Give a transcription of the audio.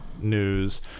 News